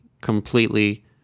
completely